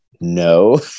No